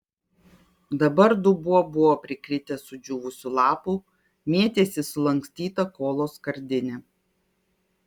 dabar dubuo buvo prikritęs sudžiūvusių lapų mėtėsi sulankstyta kolos skardinė